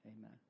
Amen